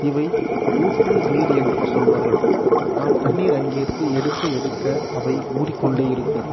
இவை ஊற்று நீர் என்று சொல்வார்கள் நாம் தண்ணீர் அங்கேயிருந்து எடுக்க எடுக்க அவை ஊறிக் கொண்டே இருக்கும்